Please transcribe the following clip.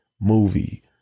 movie